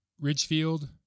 Ridgefield